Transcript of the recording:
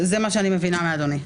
זה מה שאני מבינה מאדוני.